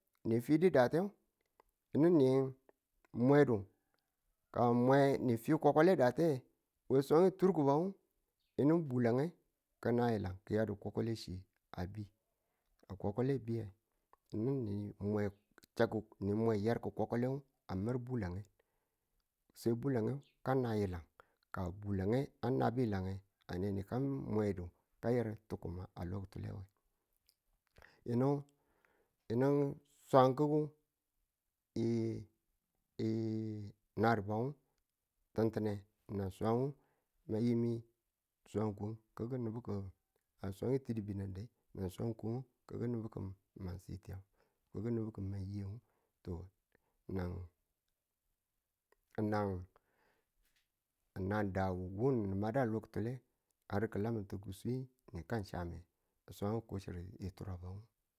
ni fidi datu yinu ni bwedu ka na mwe ni fi kwakwale datu we swang turkubuang yinu bulange ki̱ nayilan ki̱yadu kwakwalechi a bi. Ka kwakwale abi yinu ni mwe yarku kwakwalemu a mar bulange sai bulange ka na yilang ka bulange a nabi yilang, a ne ni ka mwe yarku tukum we yinu swangugu yi- yinaribuang tintine nan swang ma yimwi swang kum ki̱ku nubu ki̱ mar sitiyan ki̱ku nubu ki̱ mar yeang to nang nang nang dawu wu ni madu a loki̱tule a swange kub chire turaba